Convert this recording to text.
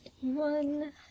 One